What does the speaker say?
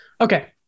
Okay